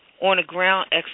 on-the-ground